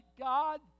God